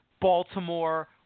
Baltimore